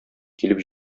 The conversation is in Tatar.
килеп